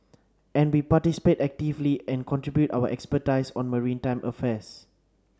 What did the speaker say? and we participate actively and contribute our expertise on maritime affairs